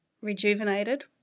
rejuvenated